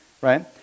right